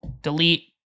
delete